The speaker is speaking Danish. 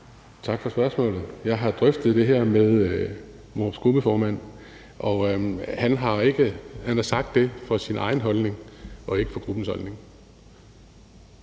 Tak for spørgsmålet. Jeg har drøftet det her med vores gruppeformand, og han har sagt det som sin egen holdning og ikke på gruppens vegne.